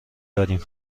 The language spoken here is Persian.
داریم